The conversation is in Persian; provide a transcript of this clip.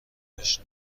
باش